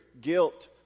guilt